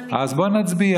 אז בואו נצביע.